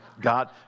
God